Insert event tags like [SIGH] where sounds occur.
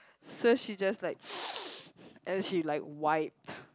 so she just like [NOISE] and she like wiped